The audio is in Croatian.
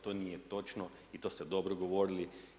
To nije točno i to ste dobro govorili.